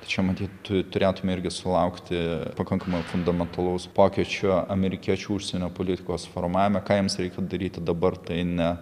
čia matyt tu turėtume irgi sulaukti pakankamai fundamentalaus pokyčio amerikiečių užsienio politikos formavime ką jiems reikia daryti dabar tai ne